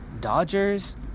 Dodgers